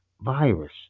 virus